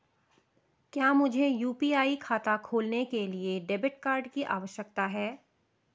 क्या मुझे यू.पी.आई खाता खोलने के लिए डेबिट कार्ड की आवश्यकता है?